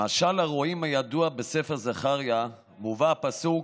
במשל הרועים הידוע בספר זכריה מובא הפסוק: